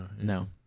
No